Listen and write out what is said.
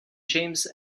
james